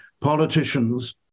politicians